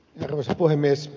arvoisa puhemies